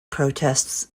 protests